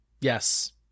yes